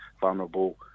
vulnerable